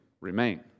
remain